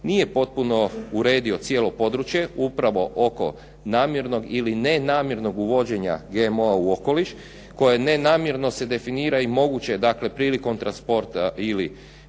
nije potpuno uredio cijelo područje upravo oko namjernog ili nenamjernog uvođenja GMO-a u okoliš koje nenamjerno se definira i moguće je dakle prilikom transporta ili